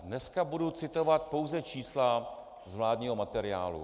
Dneska budu citovat pouze čísla z vládního materiálu.